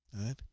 Right